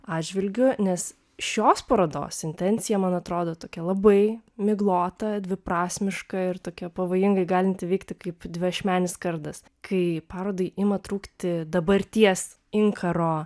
atžvilgiu nes šios parodos intencija man atrodo tokia labai miglota dviprasmiška ir tokia pavojingai galinti veikti kaip dviašmenis kardas kai parodai ima trūkti dabarties inkaro